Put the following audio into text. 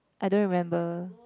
I don't remember